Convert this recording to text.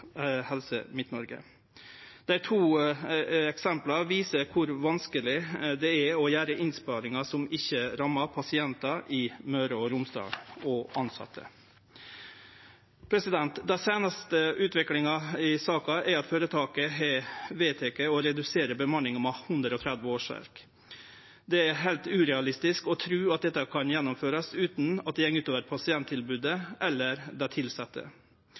Helse Midt-Noreg. Dei to eksempla viser kor vanskeleg det er å gjere innsparingar som ikkje rammar pasientar og tilsette i Møre og Romsdal. Den seinaste utviklinga i saka er at føretaket har vedteke å redusere bemanninga med 130 årsverk. Det er heilt urealistisk å tru at dette kan gjennomførast utan at det går ut over pasienttilbodet eller dei tilsette.